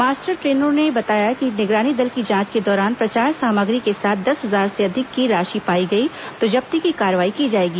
master ट्रेनरों ने बताया कि निगरानी दल की जांच के दौरान प्रचार सामग्री के साथ दस हजार से अधिक की राशि पाई गई तो जब्ती की कार्रवाई की जाएगी